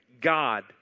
God